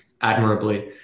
admirably